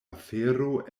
afero